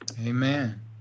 Amen